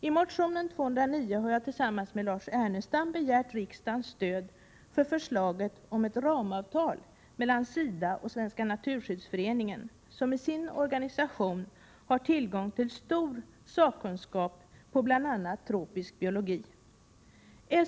I motion U209 har jag tillsammans med Lars Ernestam begärt riksdagens stöd för förslaget om ett ramavtal mellan SIDA och Svenska naturskyddsföreningen, som i sin organisation har tillgång till stor sakkunskap inom bl.a. tropisk biologi.